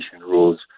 rules